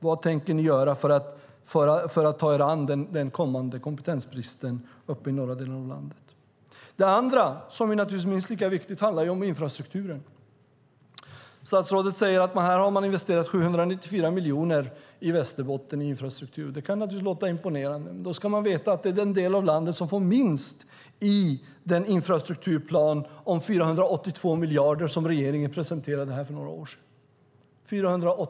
Vad tänker ni göra för att ta er an den kommande kompetensbristen i norra delen av landet? Något som naturligtvis är minst lika viktigt är infrastrukturen. Statsrådet säger att man har investerat 794 miljoner i infrastruktur i Västerbotten. Det kan naturligtvis låta imponerande, men då ska man veta att det är den del av landet som får minst i den infrastrukturplan på 482 miljarder som regeringen presenterade för några år sedan.